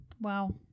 Wow